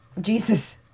Jesus